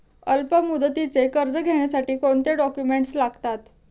अल्पमुदतीचे कर्ज घेण्यासाठी कोणते डॉक्युमेंट्स लागतात?